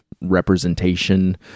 representation